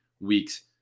weeks